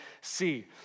see